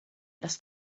las